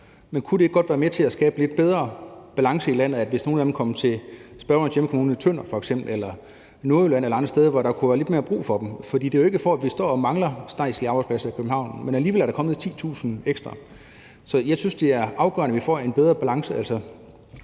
men kunne det ikke godt være med til at skabe en lidt bedre balance i landet, hvis nogle af dem f.eks. kom til spørgerens hjemkommune, Tønder Kommune, eller til Nordjylland eller andre steder, hvor der kunne være lidt mere brug for dem? For det er jo ikke, fordi vi står og mangler statslige arbejdspladser i København, men alligevel er der kommet 10.000 ekstra. Så jeg synes, det er afgørende, at vi får en bedre balance.